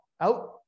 out